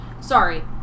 Sorry